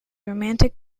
romantic